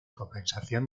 compensación